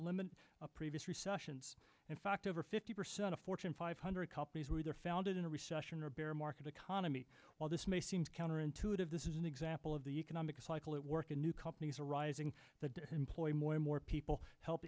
limit previous recessions in fact over fifty percent of fortune five hundred companies were either founded in a recession or bear market economy while this may seem counterintuitive this is an example of the economic cycle at work a new companies are rising that employ more and more people help